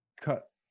cut